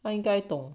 那应该懂